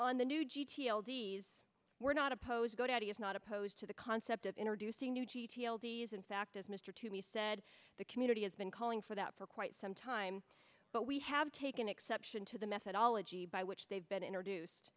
s we're not opposed go daddy is not opposed to the concept of introducing new g t l d s in fact as mr to me said the community has been calling for that for quite some time but we have taken exception to the methodology by which they've been introduced